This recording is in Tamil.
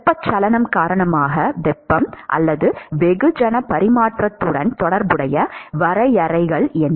வெப்பச்சலனம் காரணமாக வெப்பம் வெகுஜன பரிமாற்றத்துடன் தொடர்புடைய வரையறைகள் என்ன